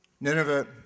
Nineveh